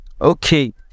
okay